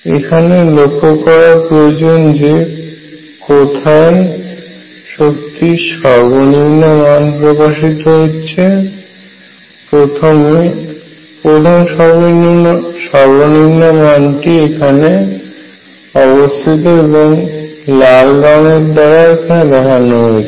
এখানে লক্ষ্য করা প্রয়োজন যে কোথায় শক্তির সর্বনিম্ন মান প্রকাশিত হচ্ছে প্রথম সর্বনিম্ন মানটি এখানে অবস্থিত এবং লাল রঙের দ্বারা দেখানো হয়েছে